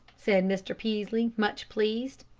said mr. peaslee, much pleased.